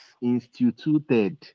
instituted